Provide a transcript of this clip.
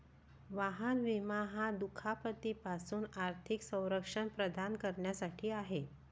वाहन विमा हा दुखापती पासून आर्थिक संरक्षण प्रदान करण्यासाठी आहे